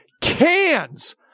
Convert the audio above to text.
Cans